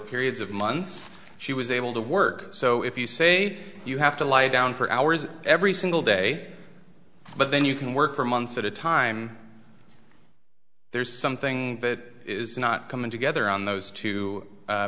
periods of months she was able to work so if you say you have to lie down for hours every single day but then you can work for months at a time there's something that is not coming together on those two